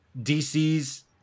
DC's